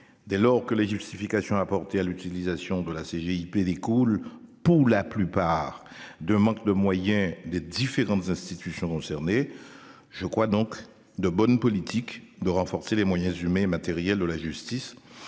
dès lors que les justifications apportées à l'utilisation de la CGIP école pour la plupart, de manque de moyens des différentes institutions concernées. Je crois donc de bonne politique de renforcer les moyens humains et matériels de la justice